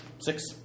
Six